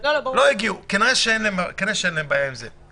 לא תצליח לסנגר על בעל המעון למה הוא לא מוכן לזה,